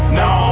no